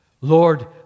Lord